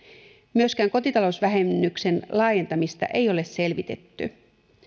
myöskään kotitalousvähennyksen laajentamista ei ole selvitetty